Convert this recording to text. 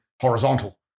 horizontal